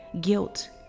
guilt